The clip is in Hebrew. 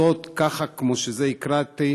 זאת, ככה, כמו שהקראתי,